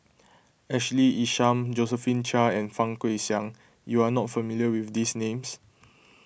Ashley Isham Josephine Chia and Fang Guixiang you are not familiar with these names